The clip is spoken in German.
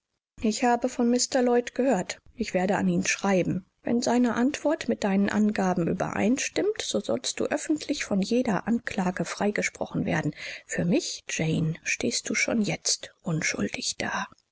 ich habe von mr lloyd gehört ich werde an ihn schreiben wenn seine antwort mit deinen angaben übereinstimmt so sollst du öffentlich von jeder anklage freigesprochen werden für mich jane stehst du schon jetzt unschuldig da